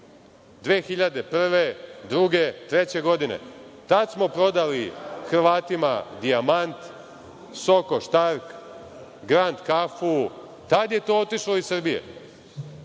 2002, 2003. godine. Tada smo prodali Hrvatima „Dijamant“, „Soko štark“, „Grand kafu“. Tada je to otišlo iz Srbije.